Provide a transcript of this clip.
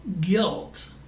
guilt